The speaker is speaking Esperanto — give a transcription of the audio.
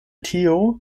tio